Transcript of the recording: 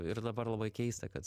ir dabar labai keista kad